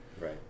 right